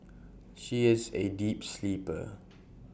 she is A deep sleeper